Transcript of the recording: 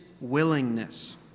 willingness